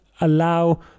allow